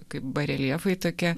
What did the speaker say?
kaip bareljefai tokie